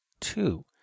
two